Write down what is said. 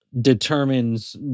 determines